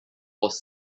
was